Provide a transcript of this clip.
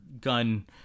gun